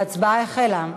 ההצבעה החלה.